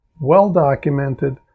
Well-documented